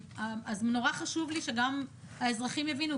נורא חשוב לי שגם האזרחים יבינו,